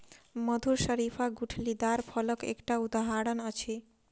मधुर शरीफा गुठलीदार फलक एकटा उदहारण अछि